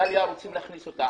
דליה, רוצים להכניס אותה.